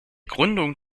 gründung